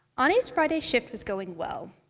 anie's friday shift was going well.